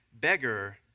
beggar